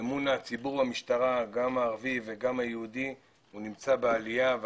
אמון הציבור גם הערבי וגם היהודי במשטרה נמצא בעלייה.